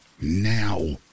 now